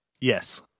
Yes